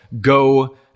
go